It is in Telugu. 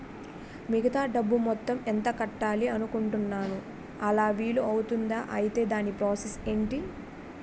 మిగతా డబ్బు మొత్తం ఎంత కట్టాలి అనుకుంటున్నాను అలా వీలు అవ్తుంధా? ఐటీ దాని ప్రాసెస్ ఎంటి?